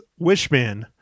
Wishman